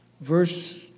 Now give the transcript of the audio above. Verse